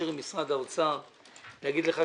תודה רבה.